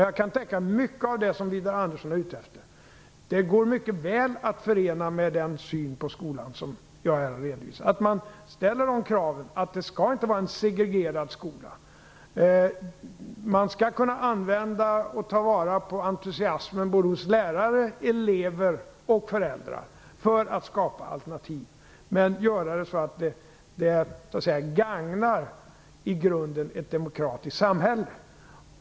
Jag kan tänka mig att mycket av det som Widar Andersson är ute efter mycket väl går att förena med den syn på skolan som jag här har redovisat, dvs. att man ställer krav på att det inte skall vara en segregerad skola. Man skall kunna använda och ta vara på entusiasmen hos lärare, elever och föräldrar för att skapa alternativ. Men det skall göras på ett sådant sätt att det i grunden gagnar ett demokratiskt samhälle.